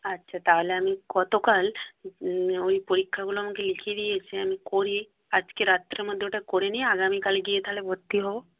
আচ্ছা তাহলে আমি গতকাল ওই পরীক্ষাগুলো আমাকে লিখে দিয়েছে আমি করি আজকে রাত্রের মধ্যে ওটা করে নিয়ে আগামীকাল গিয়ে তাহলে ভর্তি হব